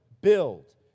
build